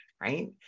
right